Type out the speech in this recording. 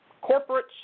corporate